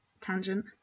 tangent